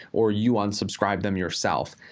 or you unsubscribe them yourself.